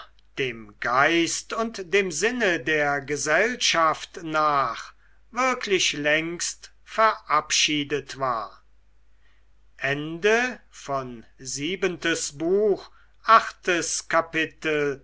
dem geist und dem sinne der gesellschaft nach wirklich längst verabschiedet war